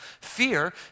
Fear